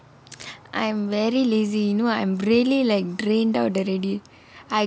I'm very lazy you know I'm really like drained out already I